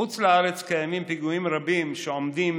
בחוץ לארץ קיימים פיגומים רבים שעומדים